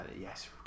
Yes